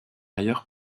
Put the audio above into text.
ailleurs